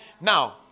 Now